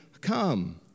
Come